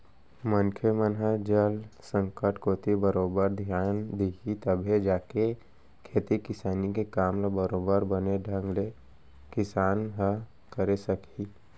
मनखे मन ह जल संकट कोती बरोबर धियान दिही तभे जाके खेती किसानी के काम ल बरोबर बने ढंग ले किसान ह करे सकही